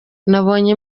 nabonye